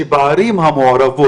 שדווקא בערים המעורבות,